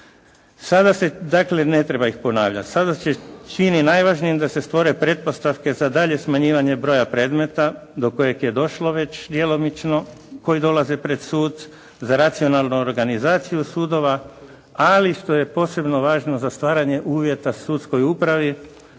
Sada se, dakle ne treba ih ponavljati, sada se čini najvažnijim da se stvore pretpostavke za dalje smanjivanje broja predmeta do koje je došlo već djelomično koji dolaze pred sud za racionalnu organizaciju sudova, ali što je posebno važno za stvaranje uvjeta sudskoj upravi